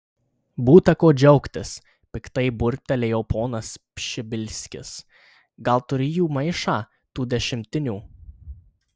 būta ko džiaugtis piktai burbtelėjo ponas pšibilskis gal turi jų maišą tų dešimtinių